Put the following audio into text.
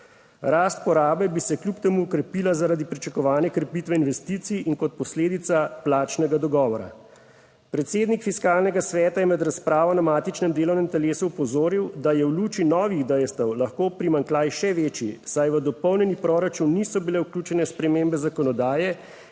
Rast porabe bi se kljub temu okrepila zaradi pričakovane krepitve investicij in kot posledica plačnega dogovora. Predsednik Fiskalnega sveta je med razpravo na matičnem delovnem telesu opozoril, da je v luči novih dejstev lahko primanjkljaj še večji, saj v dopolnjen proračun niso bile vključene spremembe zakonodaje,